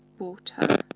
water.